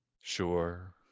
sure